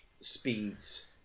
speeds